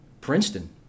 Princeton